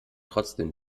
trotzdem